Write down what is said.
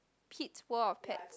Pete's World of Pets